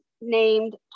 named